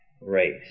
race